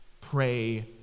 Pray